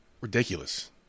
ridiculous